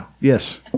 Yes